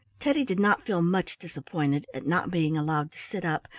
teddy did not feel much disappointed at not being allowed to sit up,